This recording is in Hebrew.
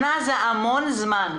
שנה זה המון זמן.